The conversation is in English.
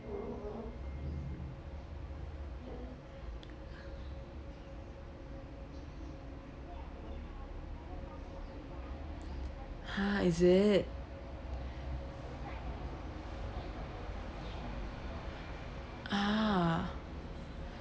ha is it ah